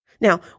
Now